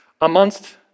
Amongst